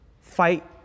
fight